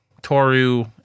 toru